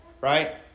right